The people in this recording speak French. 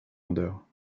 rondeurs